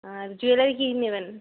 আর jewellery কী নেবেন